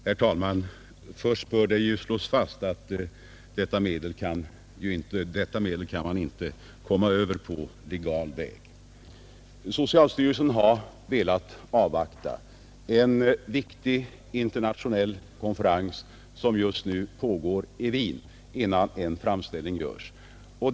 Herr talman! Först bör det slås fast att man inte utan vidare kan komma över detta medel på legal väg. Socialstyrelsen har velat avvakta en viktig internationell konferens som nu pågår i Wien innan en framställning görs.